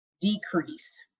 decrease